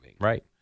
Right